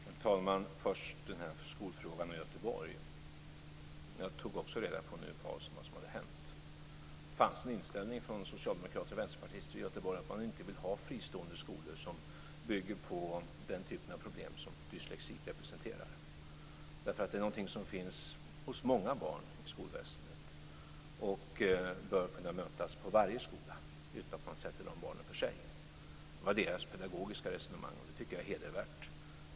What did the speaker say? Herr talman! Först skolfrågan i Göteborg: Jag har också tagit reda på vad som har hänt. Det fanns en inställning från socialdemokrater och vänsterpartister i Göteborg att man inte ville ha fristående skolor som bygger på den typen av problem som dyslexi representerar. Det är någonting som finns hos många barn i skolväsendet, och det bör kunna mötas på varje skola utan att man sätter de barnen för sig. Det var deras pedagogiska resonemang, och jag tycker att det var hedervärt.